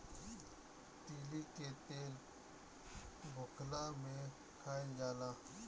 तीली के तेल भुखला में खाइल जाला